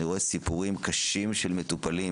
אני רואה סיפורים קשים של מטופלים